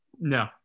No